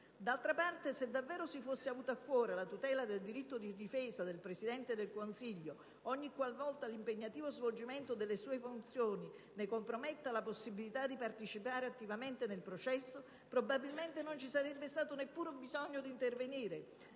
D'altra parte, se davvero si fosse avuta a cuore la tutela del diritto di difesa del Presidente del Consiglio ogniqualvolta l'impegnativo svolgimento delle sue funzioni ne comprometta la possibilità di partecipare attivamente nel processo, probabilmente non ci sarebbe stato bisogno neppure di intervenire: